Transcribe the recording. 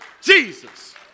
Jesus